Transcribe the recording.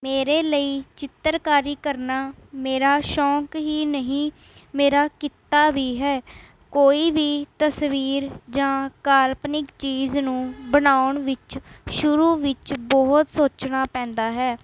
ਮੇਰੇ ਲਈ ਚਿੱਤਰਕਾਰੀ ਕਰਨਾ ਮੇਰਾ ਸ਼ੌਕ ਹੀ ਨਹੀਂ ਮੇਰਾ ਕਿੱਤਾ ਵੀ ਹੈ ਕੋਈ ਵੀ ਤਸਵੀਰ ਜਾਂ ਕਾਲਪਨਿਕ ਚੀਜ਼ ਨੂੰ ਬਣਾਉਣ ਵਿੱਚ ਸ਼ੁਰੂ ਵਿੱਚ ਬਹੁਤ ਸੋਚਣਾ ਪੈਂਦਾ ਹੈ